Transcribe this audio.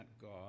God